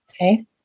Okay